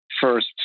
first